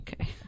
Okay